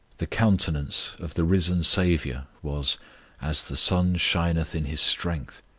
the countenance of the risen saviour was as the sun shineth in his strength,